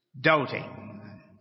Doubting